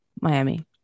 Miami